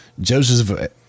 Joseph